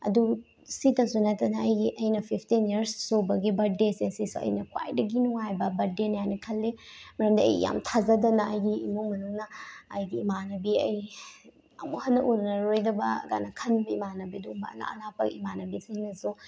ꯑꯗꯨ ꯁꯤꯇꯁꯨ ꯅꯠꯇꯅ ꯑꯩꯒꯤ ꯑꯩꯅ ꯐꯤꯐꯇꯤꯟ ꯏꯌꯔꯁ ꯁꯨꯕꯒꯤ ꯕ꯭ꯔꯠꯗꯦꯁꯦ ꯁꯤꯁꯨ ꯑꯩꯅ ꯈ꯭ꯋꯥꯏꯗꯒꯤ ꯅꯨꯡꯉꯥꯏꯕ ꯕ꯭ꯔꯠꯗꯦꯅꯦ ꯍꯥꯏꯅ ꯈꯜꯂꯤ ꯃꯔꯝꯗꯤ ꯑꯩ ꯌꯥꯝ ꯊꯥꯖꯗꯅ ꯑꯩꯒꯤ ꯏꯃꯨꯡ ꯃꯅꯨꯡꯅ ꯑꯩꯒꯤ ꯏꯃꯥꯟꯅꯕꯤ ꯑꯩꯒꯤ ꯑꯃꯨꯛꯍꯟꯅ ꯎꯅꯔꯔꯣꯏꯗꯕꯒꯥꯅ ꯈꯟꯕ ꯏꯃꯥꯟꯅꯕꯤ ꯑꯗꯨꯒꯨꯝꯕ ꯑꯔꯥꯞ ꯑꯔꯥꯞꯄ ꯏꯃꯥꯟꯅꯕꯤꯁꯤꯡꯅꯁꯨ